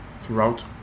throughout